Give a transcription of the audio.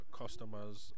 customers